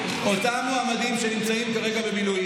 אותם מועמדים שנמצאים כרגע במילואים,